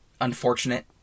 unfortunate